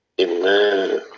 Amen